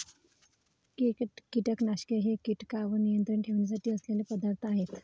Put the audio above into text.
कीटकनाशके हे कीटकांवर नियंत्रण ठेवण्यासाठी असलेले पदार्थ आहेत